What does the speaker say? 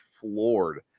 floored